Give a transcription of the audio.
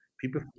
People